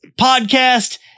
podcast